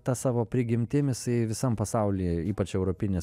ta savo prigimtim jisai visam pasauly ypač europinis